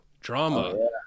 drama